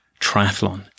triathlon